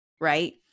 right